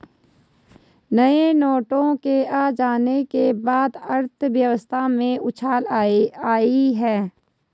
नए नोटों के आ जाने के बाद अर्थव्यवस्था में उछाल आयी है